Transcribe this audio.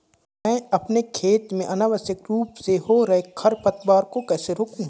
मैं अपने खेत में अनावश्यक रूप से हो रहे खरपतवार को कैसे रोकूं?